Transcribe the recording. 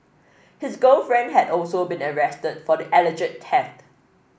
his girlfriend had also been arrested for the alleged theft